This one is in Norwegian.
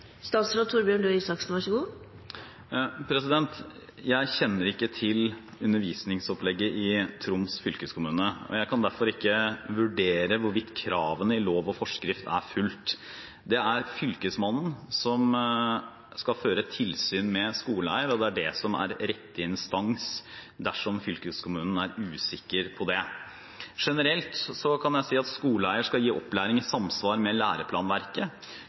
Jeg kjenner ikke til undervisningsopplegget i Troms fylkeskommune, og jeg kan derfor ikke vurdere hvorvidt kravene i lov og forskrift er fulgt. Det er Fylkesmannen som skal føre tilsyn med skoleeier, og det er det som er rette instans dersom fylkeskommunen er usikker på det. Generelt kan jeg si at skoleeier skal gi opplæring i samsvar med læreplanverket.